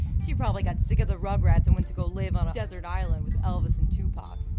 she probably got sick of the rugrats and went to go live on a desert island with elvis and tupac.